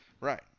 Right